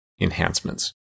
enhancements